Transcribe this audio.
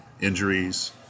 injuries